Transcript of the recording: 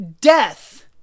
Death